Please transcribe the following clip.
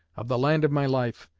of the land of my life,